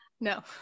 no